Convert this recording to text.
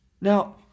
Now